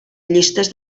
llistes